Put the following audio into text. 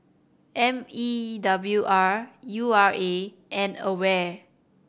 M E W R U R A and AWARE